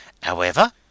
However